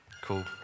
cool